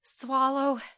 Swallow